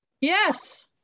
Yes